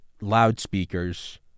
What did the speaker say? loudspeakers